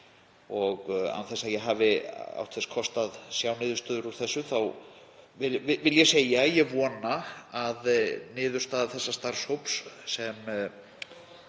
Án þess að ég hafi átt þess kost að sjá niðurstöður úr þessu vil ég segja að ég vona að niðurstaða þessa starfshóps, sem